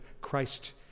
Christ